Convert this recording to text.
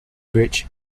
bridge